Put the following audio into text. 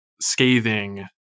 scathing